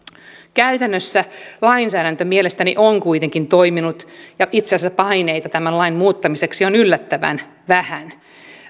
käytännössä lainsäädäntö mielestäni on kuitenkin toiminut ja itse asiassa paineita tämän lain muuttamiseksi on yllättävän vähän